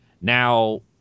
Now